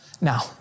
Now